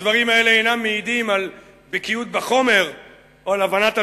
הדברים האלה אינם מעידים על בקיאות בחומר או על הבנת המציאות.